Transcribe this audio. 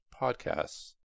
podcasts